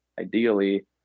ideally